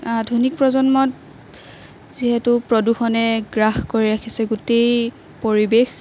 আধুনিক প্ৰজন্মত যিহেতু প্ৰদূষণে গ্ৰাস কৰি ৰাখিছে গোটেই পৰিৱেশ